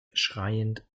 schreiend